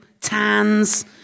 tans